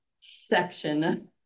section